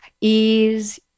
ease